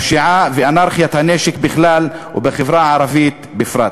הפשיעה ואנרכיית הנשק בכלל ובחברה הערבית בפרט.